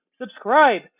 subscribe